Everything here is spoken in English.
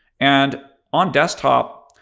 and on desktop,